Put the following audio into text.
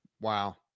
Wow